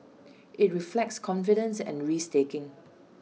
IT reflects confidence and risk taking